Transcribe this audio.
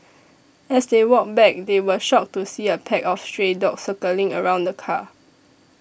as they walked back they were shocked to see a pack of stray dogs circling around the car